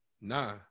nah